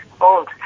old